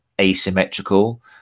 asymmetrical